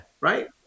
Right